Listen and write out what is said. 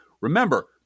Remember